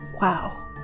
wow